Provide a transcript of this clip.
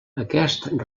aquest